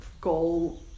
goal